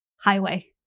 highway